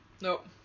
nope